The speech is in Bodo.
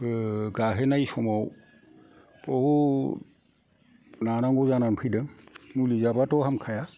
गाहेनाय समाव बहुद नानांगौ जाना फैदों मुलि जाबाथ' हामखाया